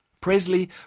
Presley